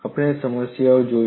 આપણે સમસ્યા જોઈશું